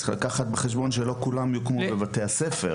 צריך לקחת בחשבון שלא כולם יוקמו בבתי הספר.